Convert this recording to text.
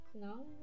No